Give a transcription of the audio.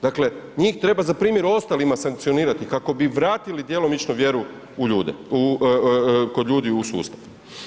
Dakle, njih treba za primjer ostalima sankcionirati kako bi vratili djelomično u ljude, kod ljudi u sustav.